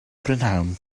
prynhawn